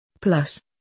Plus